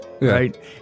right